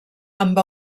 amb